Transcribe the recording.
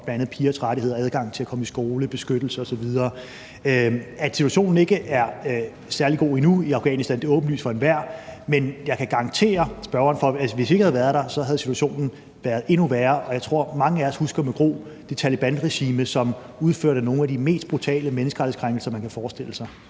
bl.a. pigers rettigheder, adgang til at komme i skole, få beskyttelse osv. At situationen endnu ikke er særlig god i Afghanistan, er åbenlyst for enhver, men jeg kan garantere spørgeren for, at hvis vi ikke havde været der, havde situationen været endnu værre, og jeg tror, at mange af os med gru husker det Talebanregime, som udførte nogle af de mest brutale menneskerettighedskrænkelser, man kan forestille sig.